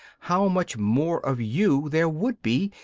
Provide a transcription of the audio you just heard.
how much more of you there would be,